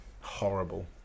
horrible